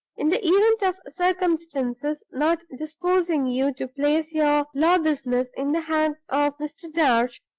in the event of circumstances not disposing you to place your law business in the hands of mr. darch,